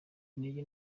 intege